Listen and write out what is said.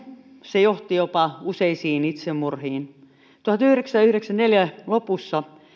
se johti jopa useisiin itsemurhiin vuoden tuhatyhdeksänsataayhdeksänkymmentäneljä lopussa